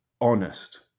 honest